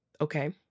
Okay